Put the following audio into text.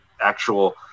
actual